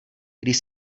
když